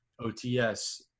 OTS